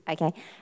Okay